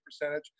percentage